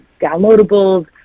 downloadables